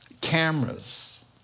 cameras